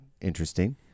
interesting